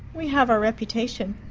we have our reputation.